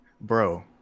bro